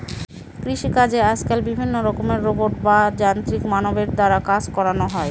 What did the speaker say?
কৃষিকাজে আজকাল বিভিন্ন রকমের রোবট বা যান্ত্রিক মানবের দ্বারা কাজ করানো হয়